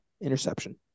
Interception